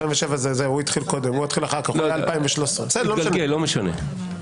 אני אספר לכם